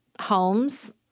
homes